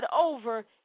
over